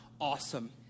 awesome